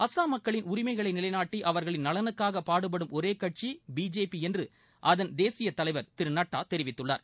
அசாம் மக்களின் உரிமைகளை நிலைநாட்டி அவர்களின் நலனுக்காக பாடுபடும் ஒரே கட்சி பிஜேபி என்று அதன் தேசியத் தலைவர் திரு நட்டா தெரிவித்துள்ளார்